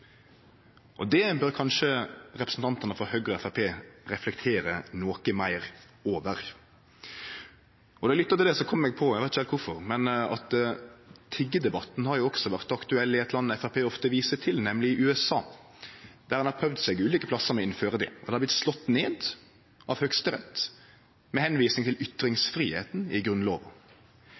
staten. Det bør kanskje representantane frå Høgre og Framstegspartiet reflektere noko meir over. Då eg lytta til det, kom eg på – eg veit ikkje heilt kvifor – at tiggedebatten også har vore aktuell i eit land Framstegspartiet ofte viser til, nemleg i USA, der ein har prøvd seg med å innføre det ulike plassar. Det har vorte slått ned av høgsterett, med tilvising til ytringsfridomen i